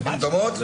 הן דומות.